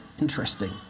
interesting